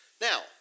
Now